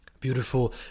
Beautiful